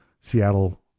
Seattle